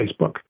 Facebook